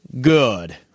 Good